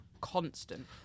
constant